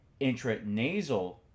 Intranasal